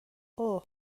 اوه